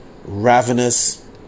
Ravenous